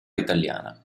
italiana